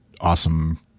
awesome